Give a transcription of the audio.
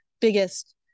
biggest